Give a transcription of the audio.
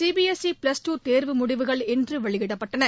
C B S E plus two தேர்வு முடிவுகள் இன்று வெளியிடப்பட்டன